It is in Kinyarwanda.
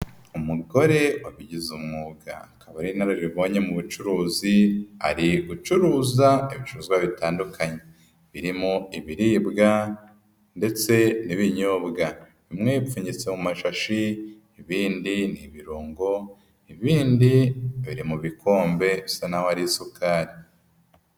Umugore wabigize umwuga. Akaba ari inararibonye mu bucuruzi ,ari gucuruza ibicuruzwa bitandukanye. Birimo ibiribwa ndetse n'ibinyobwa. Bimwe bipfunyitse mu mashashi ,ibindi ni ibirungo, ibindi biri mu bikombe bisa naho ari isukari.